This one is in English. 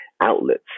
outlets